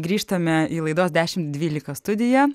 grįžtame į laidos dešim dvylika studiją